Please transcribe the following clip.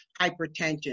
hypertension